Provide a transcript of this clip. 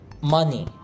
money